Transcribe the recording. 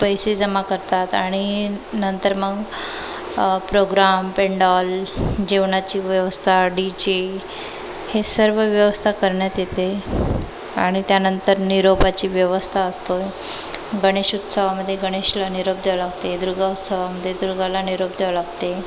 पैसे जमा करतात आणि नंतर मग प्रोग्राम पंडॉल जेवणाची व्यवस्था डी जे हे सर्व व्यवस्था करण्यात येते आणि त्यानंतर निरोपाची व्यवस्था असतो आहे गणेशउत्सवामध्ये गणेशला निरोप घ्यावा लागते दुर्गाउत्सवामध्ये दुर्गाला निरोप द्यावा लागते